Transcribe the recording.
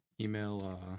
Email